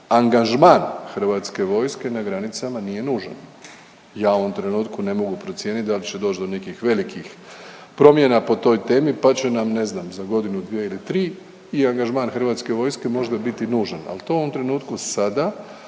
angažman Hrvatske vojske na granicama nije nužan. Ja u ovom trenutku ne mogu procijeniti da li će doći do nekih velikih promjena po toj temi pa će nam, ne znam, za godinu, dvije ili tri i angažman Hrvatske vojske možda biti nužan. Ali to u ovom trenutku sada